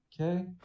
okay